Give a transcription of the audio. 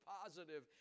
positive